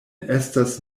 estas